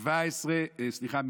סליחה,